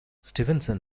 stevenson